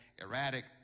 erratic